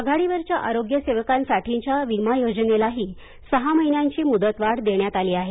आघाडीवरच्या आरोग्य सेवकांसाठीच्या विमा योजनेलाही सहा महिन्यांची मुदतवाढ देण्यात आली आहे